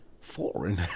foreign